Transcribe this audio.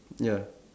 ya